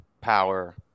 power